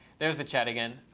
there's the chat again.